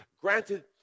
granted